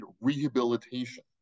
Rehabilitation